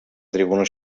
tribuna